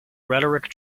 rhetoric